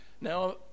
now